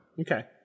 Okay